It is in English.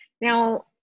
Now